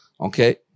Okay